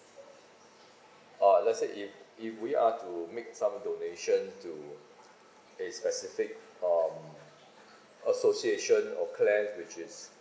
uh let say if if we are to make some donation to east pasific um association or clans which is